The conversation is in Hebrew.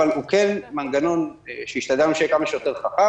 אבל זה כן מנגנון שהשתדלנו שיהיה כמה שיותר חכם,